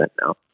now